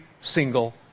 single